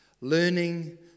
learning